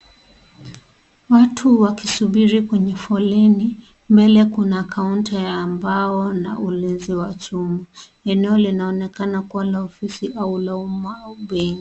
Watu wakisubiri kwenye foleni. Mbele kuna kaunta ya mbao na ulinzi wa chuma. Eneo linaonekana kuwa la ofisi.